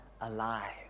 alive